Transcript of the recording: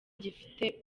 gifite